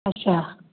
अच्छा